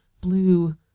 blue